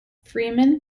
freeman